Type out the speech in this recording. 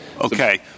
Okay